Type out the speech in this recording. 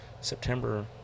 September